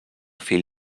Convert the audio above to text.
fill